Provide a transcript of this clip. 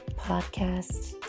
podcast